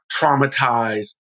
traumatized